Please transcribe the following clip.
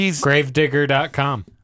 gravedigger.com